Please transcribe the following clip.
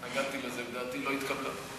התנגדתי, ודעתי לא התקבלה.